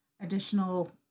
additional